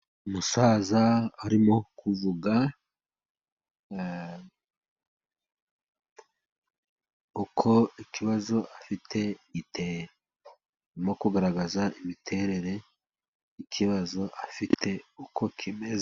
Umusaza arimo kuvuga uko ikibazo afite giteye. Arimo kugaragaza imiterere y'ikibazo afite uko kimeze.